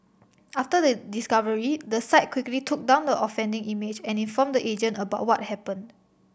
after the discovery the site quickly took down the offending image and informed the agent about what happened